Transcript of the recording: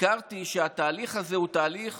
הכרתי שהתהליך הזה הוא תהליך